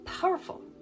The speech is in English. powerful